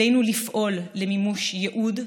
עלינו לפעול למימוש הייעוד,